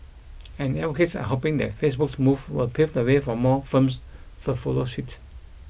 and advocates are hoping that Facebook's move will pave the way for more firms to follow suit